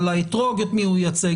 על האתרוג את מי הוא מייצג,